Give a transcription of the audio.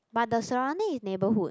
but the surrounding is neighbourhood